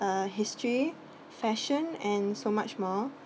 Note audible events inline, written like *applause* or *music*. uh history fashion and so much more *breath*